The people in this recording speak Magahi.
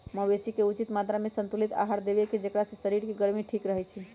मवेशी के उचित मत्रामें संतुलित आहार देबेकेँ जेकरा से शरीर के गर्मी ठीक रहै छइ